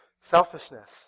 Selfishness